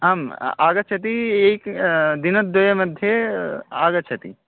आम् आगच्छति एक् दिनद्वयं मध्ये आगच्छति